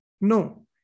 No